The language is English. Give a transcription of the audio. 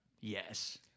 Yes